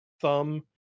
thumb